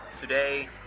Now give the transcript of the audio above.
Today